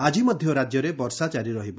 ଆଜି ମଧ୍ଧ ରାଜ୍ୟରେ ବର୍ଷା କାରି ରହିବ